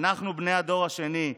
אנחנו בני הדור השני,